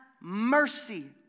mercy